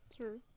True